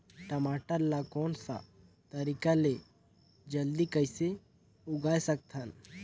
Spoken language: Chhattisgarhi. टमाटर ला कोन सा तरीका ले जल्दी कइसे उगाय सकथन?